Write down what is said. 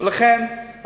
לכן,